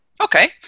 Okay